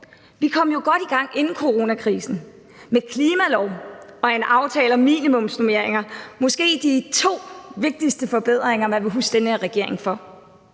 Vi kom jo godt i gang inden coronakrisen med klimalov og en aftale om minimumsnormeringer, måske de to vigtigste forbedringer, man vil huske den her regering for.